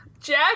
Jack